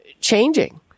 changing